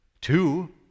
Two